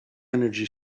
energy